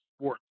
sports